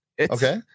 okay